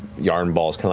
yarnball's